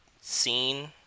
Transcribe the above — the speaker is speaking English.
Scene